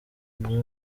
rwe